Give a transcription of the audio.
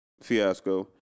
fiasco